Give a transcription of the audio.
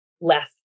left